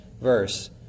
verse